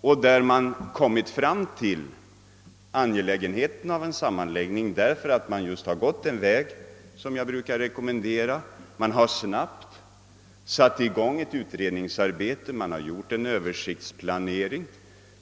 och där man kommit fram till det angelägna i en sammanläggning emedan man gått just den väg som jag brukar rekommendera. Man har snabbt satt i gång ett utredningsarbete. Man har gjort en Översiktsplanering.